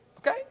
Okay